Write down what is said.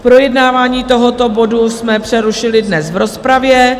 Projednávání tohoto bodu jsme přerušili dnes v rozpravě.